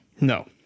No